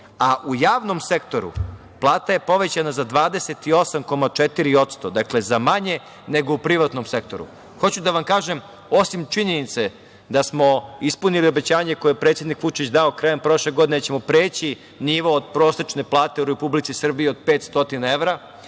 a u javnom sektoru plata je povećana za 28,4%. Dakle, za manje nego u privatnom sektoru. Hoću da vam kažem, osim činjenice da smo ispunili obećanje koje je predsednik Vučić dao krajem prošle godine da ćemo preći nivo od prosečne plate u Republici Srbiji od 500 evra,